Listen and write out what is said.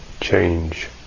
change